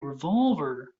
revolver